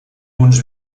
uns